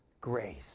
grace